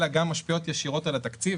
אלא גם משפיעות ישירות על התקציב,